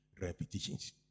repetitions